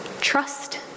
trust